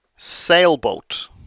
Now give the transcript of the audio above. sailboat